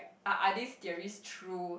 are~ are these theories true